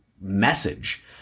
message